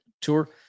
tour